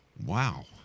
Wow